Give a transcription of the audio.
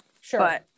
sure